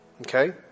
Okay